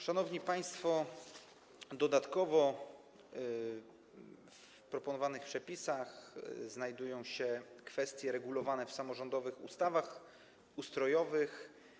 Szanowni państwo, dodatkowo w proponowanych przepisach znajdują się ustalenia w kwestiach regulowanych w samorządowych ustawach ustrojowych.